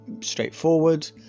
straightforward